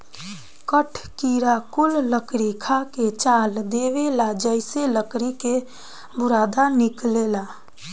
कठ किड़ा कुल लकड़ी खा के चाल देवेला जेइसे लकड़ी के बुरादा निकलेला